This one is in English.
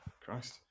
Christ